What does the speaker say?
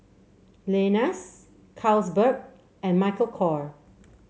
Lenas Carlsberg and Michael Kor